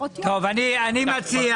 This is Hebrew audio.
טוב, אני מציע